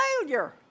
failure